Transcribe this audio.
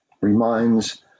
reminds